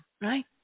right